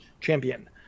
champion